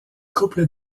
couple